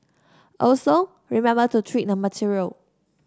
also remember to treat the material